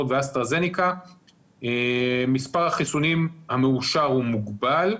ואסטרהזניקה מספר החיסונים המאושר הוא מוגבל.